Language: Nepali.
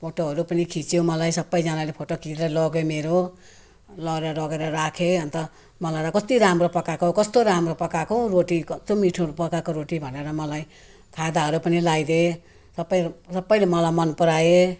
फोटोहरू पनि खिच्यो मलाई सबैजनाले फोटो खिचेर लग्यो मेरो लएर लगरे राखे अनि त मलाई र कति राम्रो पकाएको कस्तो राम्रो पकाएको रोटी कस्तो मिठो पकाएको रोटी भनेर मलाई खादाहरू पनि लाइदिए सबै सबैले मलाई मन पराए